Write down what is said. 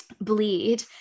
bleed